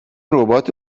ربات